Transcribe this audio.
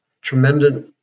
tremendous